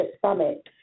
summit